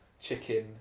chicken